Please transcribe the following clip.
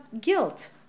guilt